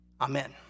Amen